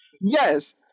yes